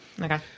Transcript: Okay